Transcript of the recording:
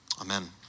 Amen